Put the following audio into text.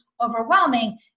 overwhelming